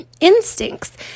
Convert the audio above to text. instincts